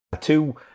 Two